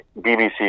BBC